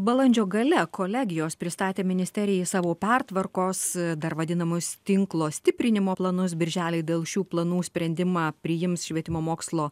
balandžio gale kolegijos pristatė ministerijai savo pertvarkos dar vadinamus tinklo stiprinimo planus birželį dėl šių planų sprendimą priims švietimo mokslo